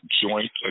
joint